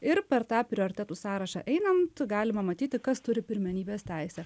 ir per tą prioritetų sąrašą einant galima matyti kas turi pirmenybės teisę